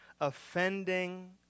offending